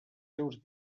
seus